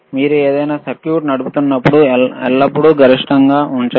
మీరు ఏదైనా సర్క్యూట్ నడుపుతున్నప్పుడు ఎల్లప్పుడూ గరిష్టంగా ఉంచండి